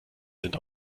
sind